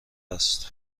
است